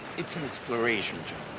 it's an exploration job.